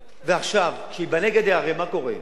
ועכשיו, כשתיבנה גדר, הרי מה קורה?